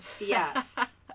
Yes